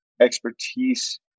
expertise